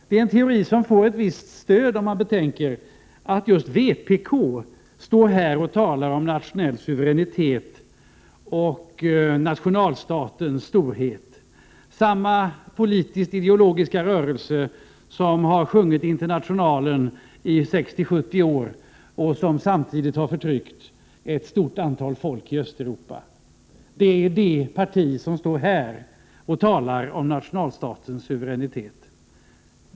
Det är en teori som får ett visst stöd, om man betänker att just vpk står här och talar om nationell suveränitet och nationalstatens storhet. Samma politiskt ideologiska rörelse som har sjungit Internationalen i 60—70 år, och som samtidigt har förtryckt ett stort antal folk i Östeuropa, talar här om nationalstatens suveränitet.